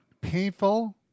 painful